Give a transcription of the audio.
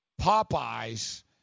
Popeye's